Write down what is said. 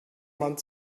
man